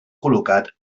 col·locat